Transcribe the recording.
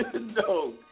No